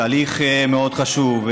תהליך מאוד חשוב.